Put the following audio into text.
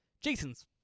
Jason's